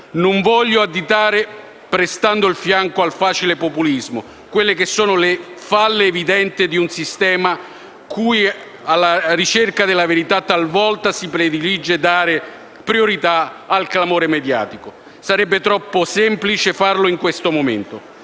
Non voglio additare - prestando il fianco al facile populismo - le evidenti falle di un sistema in cui alla ricerca della verità talvolta si predilige dare priorità al clamore mediatico; sarebbe troppo semplice farlo in questo momento.